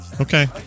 Okay